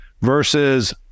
versus